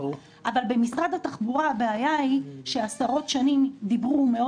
אבל במשרד התחבורה הבעיה היא שעשרות שנים דיברו מאוד